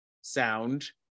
sound